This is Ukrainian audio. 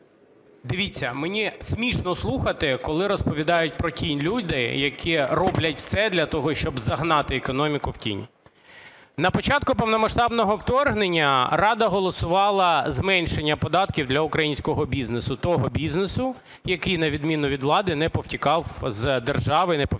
Дивіться, мені смішно слухати, коли розповідають про тінь люди, які роблять все для того, щоб загнати економіку в тінь. На початку повномасштабного вторгнення Рада голосувала зменшення податків для українського бізнесу, того бізнесу, який на відміну від влади не повтікав з держави і не повтікав